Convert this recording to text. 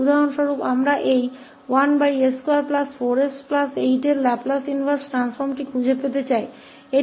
उदाहरण के लिए हम इसका लाप्लास प्रतिलोम रूपांतरण ज्ञात करना चाहते हैं 1s24s8